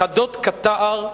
חדות כתער,